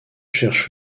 cherche